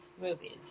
movies